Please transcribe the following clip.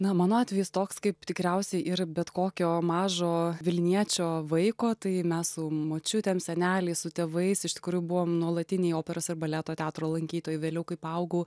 na mano atvejis toks kaip tikriausiai ir bet kokio mažo vilniečio vaiko tai mes su močiutėm seneliais su tėvais iš tikrųjų buvom nuolatiniai operos ir baleto teatro lankytojai vėliau kaip augau